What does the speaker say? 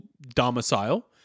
domicile